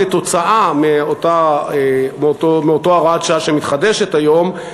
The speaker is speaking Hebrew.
כתוצאה מאותה הוראת שעה שמתחדשת היום,